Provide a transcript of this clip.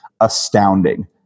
astounding